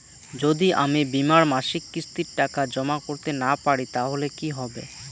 যদি আমি বীমার মাসিক কিস্তির টাকা জমা করতে না পারি তাহলে কি হবে?